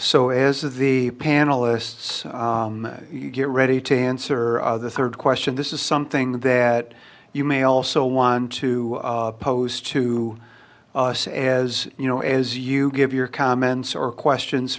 so is the panelists you get ready to answer the third question this is something that you may also want to pose to us as you know as you give your comments or questions